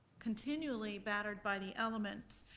continually battered by the elements.